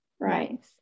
right